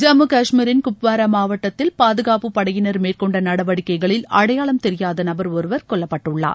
ஜம்மு கஷ்மீரின் குப்வாரா மாவட்டத்தில் பாதுகாப்பு படையினர்மேற்கொண்ட நடவடிக்கைகளில் அடையாளம் தெரியாத நபர் ஒருவர் கொல்லப்பட்டுள்ளார்